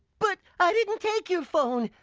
but i didn't take your phone.